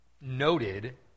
noted